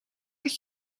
dat